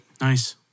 Nice